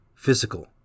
physical